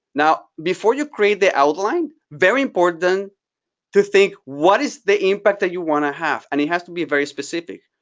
now before you create the outline, very important to think what is the impact that you want to have, and it has to be very specific.